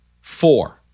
four